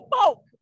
folk